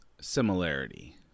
similarity